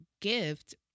gift